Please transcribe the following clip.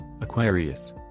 Aquarius